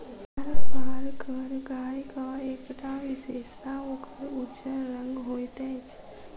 थारपारकर गायक एकटा विशेषता ओकर उज्जर रंग होइत अछि